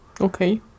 Okay